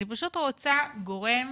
אני פשוט רוצה גורם